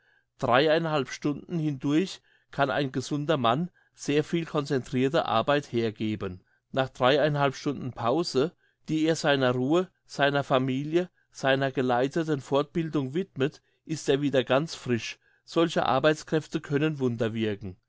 dreieinhalb stunden hindurch kann ein gesunder mann sehr viel concentrirte arbeit hergeben nach dreieinhalb stunden pause die er seiner ruhe seiner familie seiner geleiteten fortbildung widmet ist er wieder ganz frisch solche arbeitskräfte können